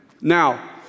Now